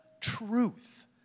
truth